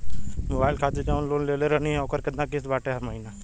Mobile खातिर जाऊन loan लेले रहनी ह ओकर केतना किश्त बाटे हर महिना?